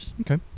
Okay